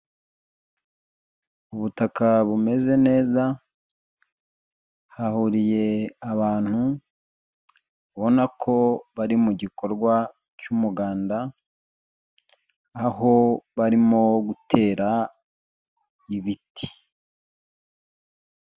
Ubutaka bumeze neza, hahuriye abantu, ubona ko bari mu gikorwa cy'umuganda, aho barimo gutera ibiti.